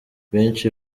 benshi